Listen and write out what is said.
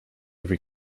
every